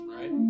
Right